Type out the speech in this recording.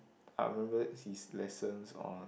I remember his lessons on